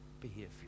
behavior